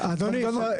אדוני,